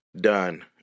done